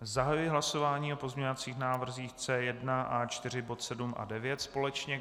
Zahajuji hlasování o pozměňovacích návrzích C1 a A4, body 7 a 9 společně.